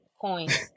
coins